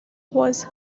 was